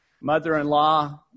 mother-in-law